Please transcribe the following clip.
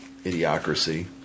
idiocracy